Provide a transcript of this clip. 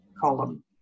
column